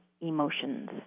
emotions